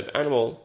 animal